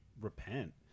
repent